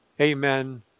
Amen